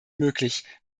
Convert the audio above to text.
möglich